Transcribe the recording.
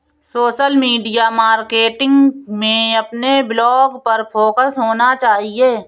social media marketing में अपने blog पर फोकस होना चाहिए